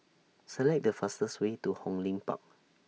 Select The fastest Way to Hong Lim Park